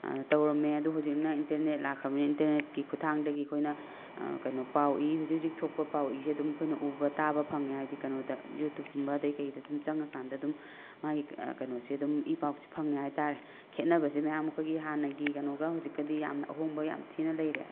ꯇꯧꯔꯝꯃꯦ ꯑꯗꯣ ꯍꯧꯖꯤꯛꯅ ꯏꯟꯇꯔꯅꯦꯠ ꯂꯥꯛꯈ꯭ꯔꯕꯅꯤꯅ ꯏꯟꯇꯔꯅꯦꯠꯀꯤ ꯈꯨꯠꯊꯥꯡꯗꯒꯤ ꯑꯩꯈꯣꯏꯅ ꯀꯩꯅꯣ ꯄꯥꯎ ꯏ ꯍꯧꯖꯤꯛ ꯍꯧꯖꯤꯛ ꯊꯣꯛꯄ ꯄꯥꯎ ꯏꯁꯦ ꯑꯗꯨꯝ ꯑꯩꯈꯣꯏꯅ ꯎꯕ ꯇꯥꯕ ꯐꯪꯉꯦ ꯍꯥꯏꯕꯗꯤ ꯀꯩꯅꯣꯗ ꯌꯨꯇꯨꯞ ꯀꯨꯝꯕ ꯑꯗꯒꯤ ꯀꯩꯗ ꯑꯗꯨꯝ ꯆꯪꯉꯀꯥꯟꯗ ꯑꯗꯨꯝ ꯃꯥꯒꯤ ꯀꯩꯅꯣꯁꯦ ꯑꯗꯨꯝ ꯏ ꯄꯥꯎꯁꯦ ꯐꯪꯉꯦ ꯍꯥꯏꯇꯥꯔꯦ ꯈꯦꯠꯅꯕꯁꯦ ꯃꯌꯥꯝ ꯑꯩꯈꯣꯏꯒꯤ ꯍꯥꯟꯅꯒꯤ ꯀꯩꯅꯣꯒ ꯍꯧꯖꯤꯛꯀꯗꯤ ꯌꯥꯝꯅ ꯑꯍꯣꯡꯕ ꯌꯥꯝ ꯊꯤꯅ ꯂꯩꯔꯦ ꯍꯥꯏꯇꯥꯔꯦ